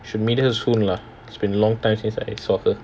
should meet her soon lah it's been long time since I saw her